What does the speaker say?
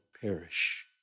perish